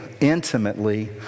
intimately